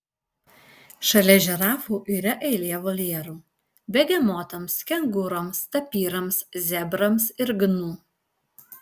šalia žirafų yra eilė voljerų begemotams kengūroms tapyrams zebrams ir gnu